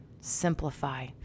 simplify